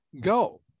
go